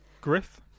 Griff